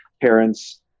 parents